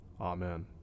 Amen